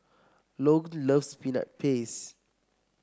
Logan loves Peanut Paste